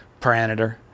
parameter